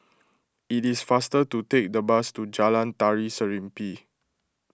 it is faster to take the bus to Jalan Tari Serimpi